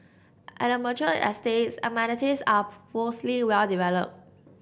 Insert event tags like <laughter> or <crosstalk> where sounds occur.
at the mature estates amenities are <unintelligible> mostly well developed